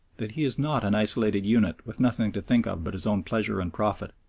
that he is not an isolated unit with nothing to think of but his own pleasure and profit,